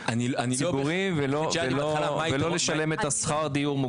הציבורי ולא לשלם את השכר דיור מוגדל.